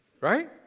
Right